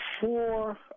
four